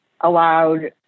allowed